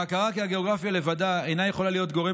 ההכרה כי הגיאוגרפיה לבדה אינה יכולה להיות גורם